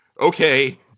Okay